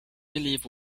believe